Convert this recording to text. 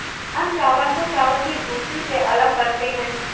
हम चावल को चावल की भूसी से अलग करते हैं